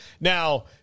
Now